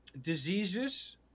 Diseases